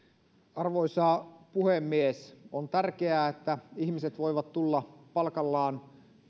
arvoisa puhemies on tärkeää että ihmiset voivat tulla palkallaan